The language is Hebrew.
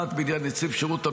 האחת בעניין נציב שירות המדינה,